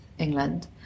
England